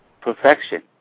Perfection